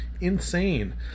insane